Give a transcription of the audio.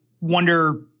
wonder